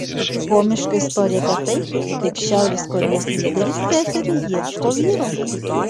komiška istorija apie tai kaip šiaurės korėjos lyderis seseriai ieško vyro